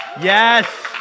Yes